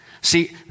See